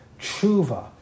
tshuva